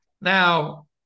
Now